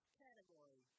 category